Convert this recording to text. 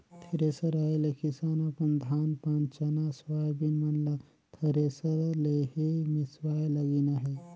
thresher आए ले किसान अपन धान पान चना, सोयाबीन मन ल थरेसर ले ही मिसवाए लगिन अहे